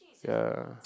ya